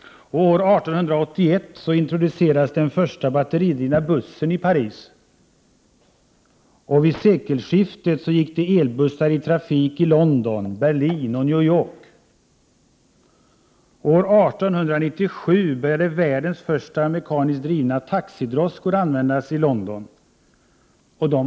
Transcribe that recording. År 1881 introducerades den första batteridrivna bussen i Paris. Vid sekelskiftet gick elbussar i trafik i London, Berlin och New York. År 1897 började världens första mekaniskt drivna, eldrivna, taxidroskor användas i London.